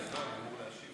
אהבה בוערת לארץ-ישראל.